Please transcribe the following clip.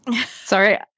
Sorry